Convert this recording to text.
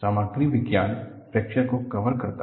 सामग्री विज्ञान फ्रैक्चर को कवर करता है